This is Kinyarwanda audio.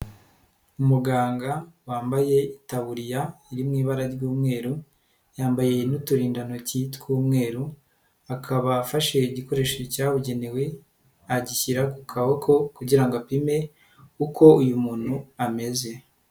Umuganga wambaye itaburiya iri mu ibara ry'umweru yambaye n'uturindantoki tw'umweru, akaba afashe igikoresho cyabugenewe agishyira ku kaboko kugira ngo apime uko uyu muntu ameze.